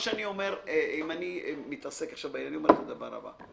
אז סליחה.